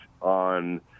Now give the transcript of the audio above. on